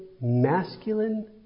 masculine